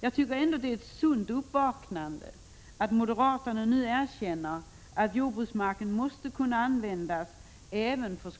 Jag tycker ändå att det är ett sunt uppvaknande att moderaterna nu erkänner att jordbruksmarken måste kunna användas även för